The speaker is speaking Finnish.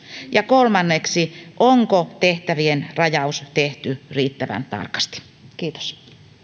ja kolmanneksi onko tehtävien rajaus tehty riittävän tarkasti kiitos